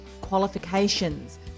qualifications